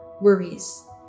worries